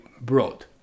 broad